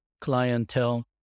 clientele